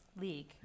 league